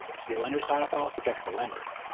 see a lender's title policy protects the lender.